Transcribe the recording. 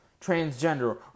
transgender